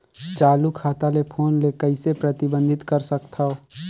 चालू खाता ले फोन ले कइसे प्रतिबंधित कर सकथव?